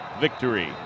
victory